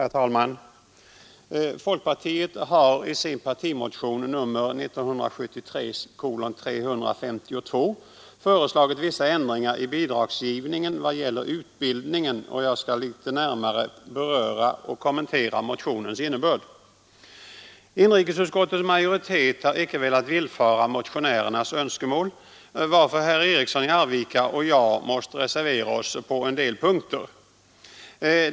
Herr talman! Folkpartiet har i sin partimotion nr 1973:352 föreslagit vissa förändringar i bidragsgivningen i vad gäller utbildningen. Jag skall litet närmare beröra och kommentera motionens innebörd. Inrikesutskottets majoritet har icke velat villfara motionärernas önskemål, varför herr Eriksson i Arvika och jag måst reservera oss på en del punkter.